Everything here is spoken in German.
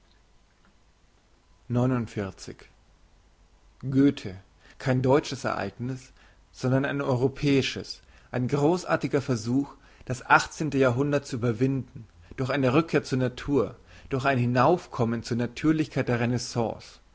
goethe kein deutsches ereigniss sondern ein europäisches ein grossartiger versuch das achtzehnte jahrhundert zu überwinden durch eine rückkehr zur natur durch ein hinaufkommen zur natürlichkeit der renaissance